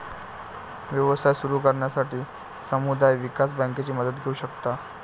व्यवसाय सुरू करण्यासाठी समुदाय विकास बँकेची मदत घेऊ शकता